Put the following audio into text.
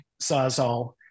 sawzall